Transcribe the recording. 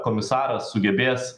komisaras sugebės